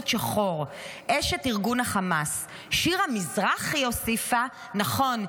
שחור!!"; "אשת ארגון החמאס"; שירה מזרחי הוסיפה: "נכון,